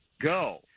go